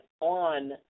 on